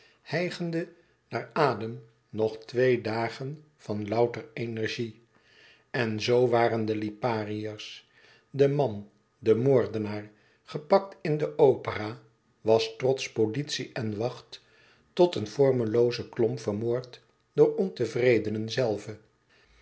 hijgende naar adem nog twee dagen van louter energie en zo waren de lipariërs de man de moordenaar gepakt in de opera was trots politie en wacht tot een vormeloozen klomp vermoord door ontevredenen zelve